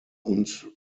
und